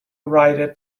rider